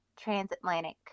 transatlantic